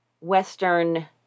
Western